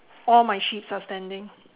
all my sheeps are standing